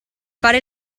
fare